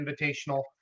Invitational